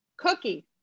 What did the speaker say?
cookie